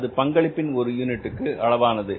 அது பங்களிப்பின் ஒரு யூனிட்டுக்கு அளவானது